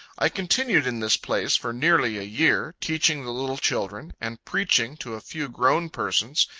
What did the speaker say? i continued in this place for nearly a year, teaching the little children, and preaching to a few grown persons,